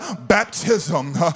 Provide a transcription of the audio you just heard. baptism